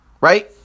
right